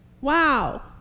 Wow